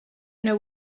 know